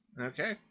okay